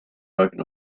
broken